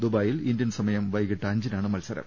ദുബാ യിൽ ഇന്ത്യൻ സമയം വൈകിട്ട് അഞ്ചിനാണ് മത്സരം